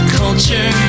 culture